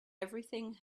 everything